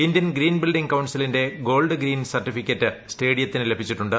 Indian green building കൌൺസിലിന്റെ gold green certificate സ്റ്റേഡിയത്തിന് ലഭിച്ചിട്ടുണ്ട്